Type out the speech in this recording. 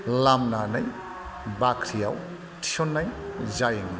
लामनानै बाख्रियाव थिसननाय जायोमोन